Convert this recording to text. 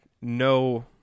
no